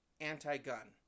anti-gun